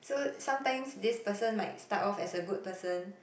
so sometimes this person might start off as a good person